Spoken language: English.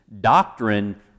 doctrine